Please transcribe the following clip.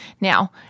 Now